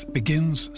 begins